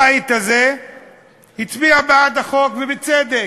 רוב הבית הזה הצביע בעד החוק, ובצדק.